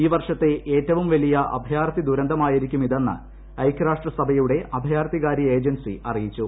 ഈ വർഷത്തെ ഏറ്റവും വലിയ അഭയാർഥി ദുരന്തമായിരിക്കും ഇതെന്ന് ഐക്യരാഷ്ട്രസഭയുടെ അഭയാർഥികാര്യ ഏജൻസി അറിയിച്ചു